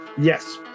Yes